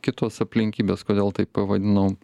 kitos aplinkybės kodėl taip pavadinau